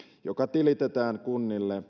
joka tilitetään kunnille